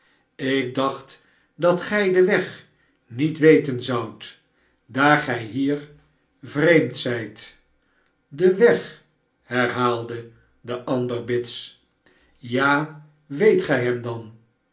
ik dacht dat gij den weg niet weten zoudt daar gij hier vreemd zijt sden weg herhaalde de ander bits ja weet gij hem dan